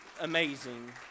amazing